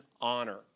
honor